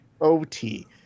OT